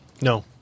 No